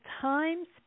time's